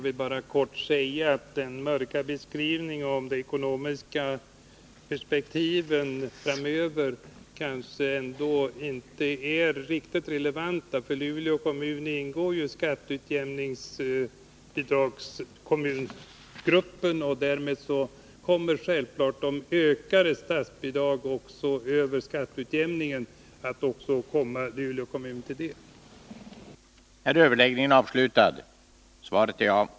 Herr talman!